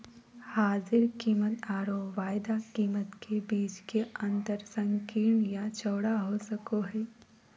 हाजिर कीमतआरो वायदा कीमत के बीच के अंतर संकीर्ण या चौड़ा हो सको हइ